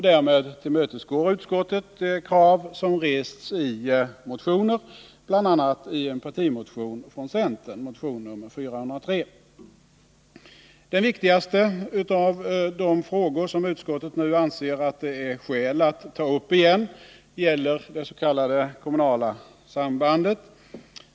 Därmed tillmötesgår utskottet krav som rests i motioner, bl.a. i en partimotion från centern, motion nr 403. Den viktigaste av de frågor som utskottet nu anser att det är skäl att ta upp igen gäller det s.k. kommunala sambandet.